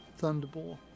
Thunderball